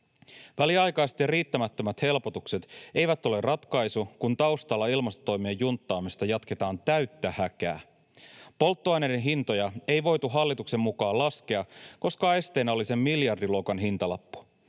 Väliaikaiset ja riittämättömät helpotukset eivät ole ratkaisu, kun taustalla ilmastotoimien junttaamista jatketaan täyttä häkää. Polttoaineiden hintoja ei voitu hallituksen mukaan laskea, koska esteenä oli sen miljardiluokan hintalappu.